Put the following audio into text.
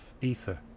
ether